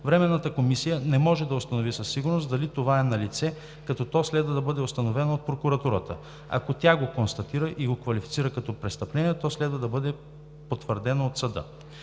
Временната комисия не може да установи със сигурност дали това е налице, като то следва да бъде установено от прокуратурата. Ако тя го констатира и го квалифицира като престъпление, то следва да бъде потвърдено от съда.